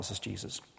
Jesus